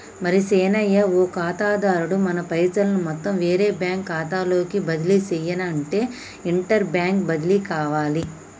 మరి సీనయ్య ఓ ఖాతాదారుడు తన పైసలను మొత్తం వేరే బ్యాంకు ఖాతాలోకి బదిలీ సెయ్యనఅంటే ఇంటర్ బ్యాంక్ బదిలి కావాలి